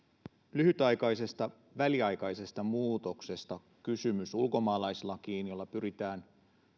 lyhytaikaisesta väliaikaisesta muutoksesta ulkomaalaislakiin jolla pyritään